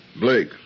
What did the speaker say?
Blake